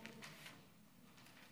ניקח עוד דקה.